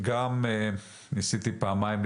אני ניסיתי פעמיים לשאול,